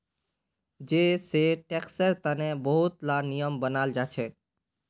जै सै टैक्सेर तने बहुत ला नियम बनाल जाछेक